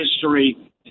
history